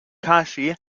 kaŝi